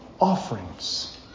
offerings